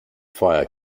fire